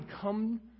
come